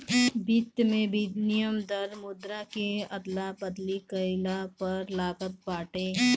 वित्त में विनिमय दर मुद्रा के अदला बदली कईला पअ लागत बाटे